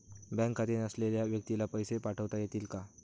Bank खाते नसलेल्या व्यक्तीला पैसे पाठवता येतील का?